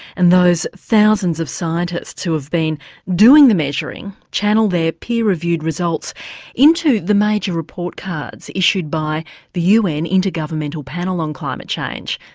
and those thousands of scientists who have been doing the measuring channel their peer-reviewed results into the major report cards issued by the un intergovernmental panel on climate change,